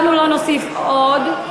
אנחנו לא נוסיף עוד,